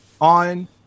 on